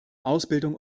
ausbildung